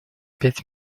пять